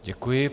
Děkuji.